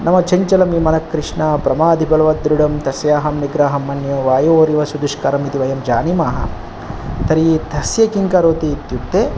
नाम चञ्चलं हि मनः कृष्ण प्रमाथि बलवद्दृढम् तस्याहं निग्रहं मन्ये वायोरिव सुदुष्करम् इति वयं जानीमः तर्हि तस्य किं करोति इत्युक्ते